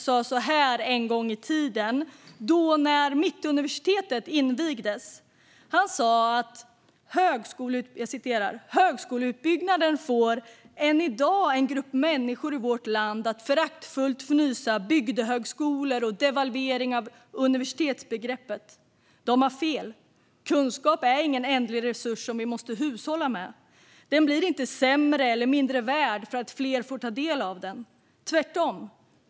Så här sa Göran Persson när Mittuniversitet invigdes: "Högskoleutbyggnaden . får än i dag, en grupp människor i vårt land att föraktfullt fnysa bygdehögskolor och devalvering av universitetsbegreppet. De har fel. Kunskap är ingen ändlig resurs som vi måste hushålla med. Den blir inte sämre eller mindre värd för att fler får del av den. Tvärtom.